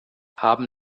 haben